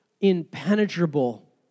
impenetrable